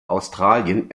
australien